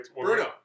Bruno